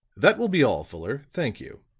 that will be all, fuller thank you.